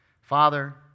Father